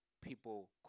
people